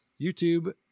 youtube